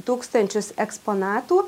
tūkstančius eksponatų